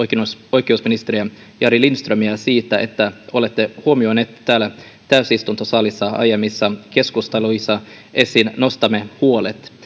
oikeusministeriä jari lindströmiä siitä että olette huomioineet täällä täysistuntosalissa aiemmissa keskusteluissa esiin nostamamme huolet